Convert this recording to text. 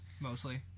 mostly